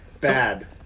Bad